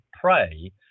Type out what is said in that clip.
pray